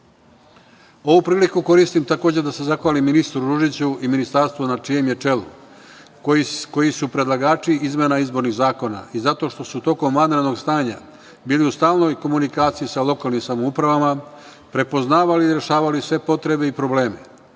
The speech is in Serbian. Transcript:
priliku koristim takođe da se zahvalim ministru Ružiću i ministarstvu na čijem je čelu koji su predlagači izmena izbornih zakona i zato što su tokom vanrednog stanja bili u stalnoj komunikaciji sa lokalnim samoupravama prepoznavali i rešavali sve potrebe i probleme,